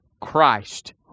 Christ